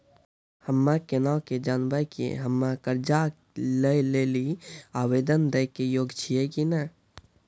हम्मे केना के जानबै कि हम्मे कर्जा लै लेली आवेदन दै के योग्य छियै कि नै?